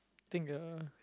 think ya